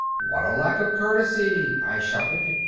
what lack of courtesy! i shouted.